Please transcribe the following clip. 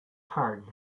tag